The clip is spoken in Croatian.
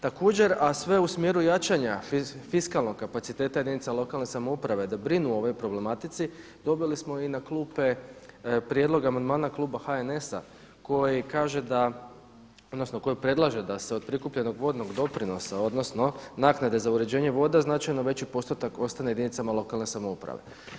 Također a sve u smjeru jačanja fiskalnog kapaciteta jedinica lokalne samouprave da brinu o ovoj problematici dobili smo i na klupe prijedlog amandmana kluba HNS-a koji kaže da odnosno koji predlaže da se od prikupljenog vodnog doprinosa odnosno naknade za uređenje voda značajno veći postotak ostane jedinicama lokalne samouprave.